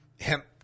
hemp